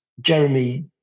Jeremy